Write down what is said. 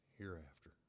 hereafter